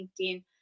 LinkedIn